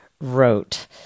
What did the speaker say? wrote